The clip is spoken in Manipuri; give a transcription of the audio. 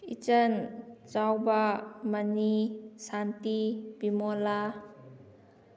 ꯏꯆꯟ ꯆꯥꯎꯕ ꯃꯅꯤ ꯁꯥꯟꯇꯤ ꯕꯤꯃꯣꯂꯥ